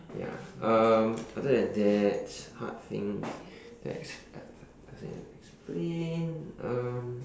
ya um other than that hard things to explain uh uh I have to explain um